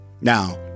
now